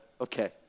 Okay